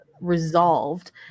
resolved